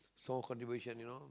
small contribution you know